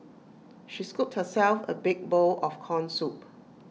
she scooped herself A big bowl of Corn Soup